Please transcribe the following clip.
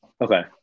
Okay